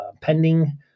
pending